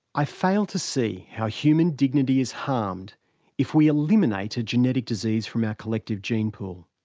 i fail to see how human dignity is harmed if we eliminate a genetic disease from our collective gene pool.